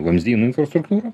vamzdynų infrastruktūrą